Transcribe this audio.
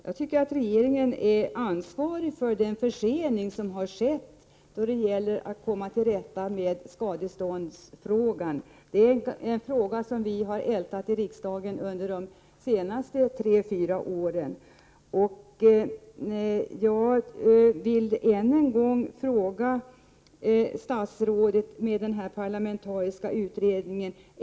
Jag tycker att regeringen är ansvarig för den försening som har skett när det gäller att komma till rätta med skadeståndsfrågan. Det är en fråga som vi i riksdagen har ältat under de senaste tre fyra åren. Jag vill än en gång ställa frågan till statsrådet om en parlamentarisk utredning.